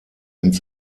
ins